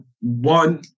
one